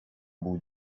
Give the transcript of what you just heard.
بود